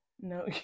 No